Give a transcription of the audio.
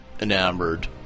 enamored